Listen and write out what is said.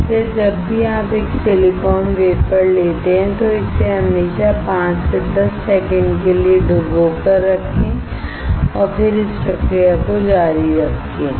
इसलिए जब भी आप एक सिलिकॉन वेफर लेते हैं तो इसे हमेशा 5 से 10 सेकंड के लिए डुबोकर रखें और फिर इस प्रक्रिया को जारी रखें